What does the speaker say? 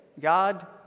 God